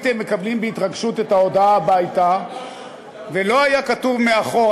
הייתם מקבלים בהתרגשות את ההודעה הביתה ולא היה כתוב מאחור,